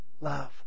love